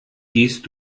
gehst